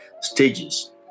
stages